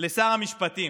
לשר המשפטים: